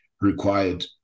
required